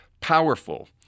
powerful